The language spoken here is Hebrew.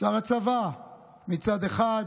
שר הצבא,